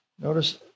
notice